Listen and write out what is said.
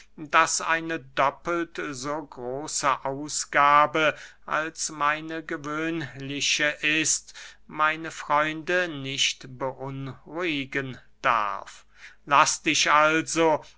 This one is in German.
daß eine doppelt so große ausgabe als meine gewöhnliche ist meine freunde nicht beunruhigen darf laß dich also